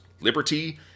liberty